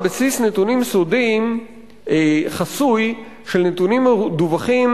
בסיס נתונים סודיים חסוי של נתונים מדווחים